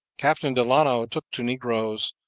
captain delano took to negroes,